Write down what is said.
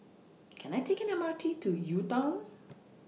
Can I Take The M R T to UTown